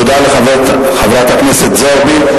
תודה לחברת הכנסת זועבי.